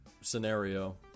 scenario